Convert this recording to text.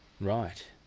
Right